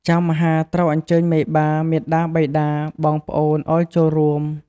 ចៅមហាត្រូវអញ្ជើញមេបា មាតាបិតា បងប្អូនអោយចូលរួម។